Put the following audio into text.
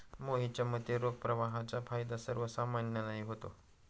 मोहितच्या मते, रोख प्रवाहाचा फायदा सर्वसामान्यांनाही होतो